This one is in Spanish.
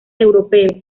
europeos